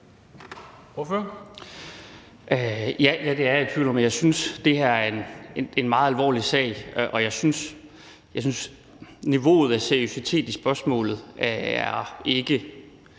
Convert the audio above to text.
Ja, det er jeg i tvivl om, og jeg synes, at det her er en meget alvorlig sag, og jeg synes, at niveauet for seriøsitet i spørgsmålet ikke